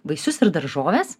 vaisius ir daržoves